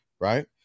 Right